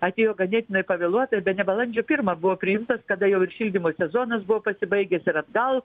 atėjo ganėtinai pavėluotai bene balandžio pirmą buvo priimtas kada jau ir šildymo sezonas buvo pasibaigęs ir atgal